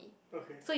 okay